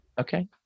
Okay